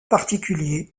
particuliers